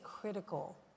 critical